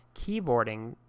keyboarding